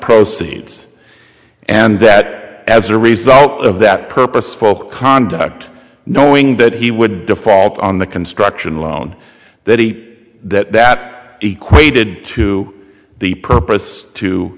proceeds and that as a result of that purposeful conduct knowing that he would default on the construction loan that he that equated to the purpose to